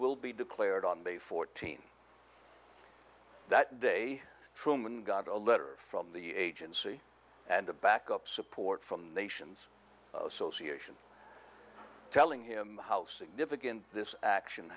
will be declared on the fourteen that day truman got a letter from the agency and a backup support from nations association telling him how significant this action